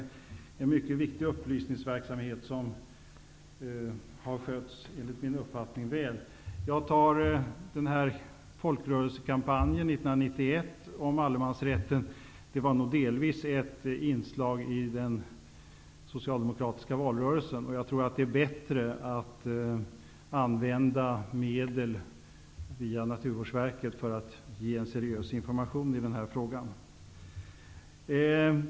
Denna upplysningsverksamhet är mycket viktig och har, enligt min uppfattning, skötts väl. Folkrörelsekampanjen 1991 om allemansrätten var nog delvis ett inslag i den socialdemokratiska valrörelsen. Jag tror att det är bättre att använda medel via Naturvårdsverket, för att ge seriös information i den här frågan.